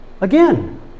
again